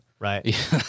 Right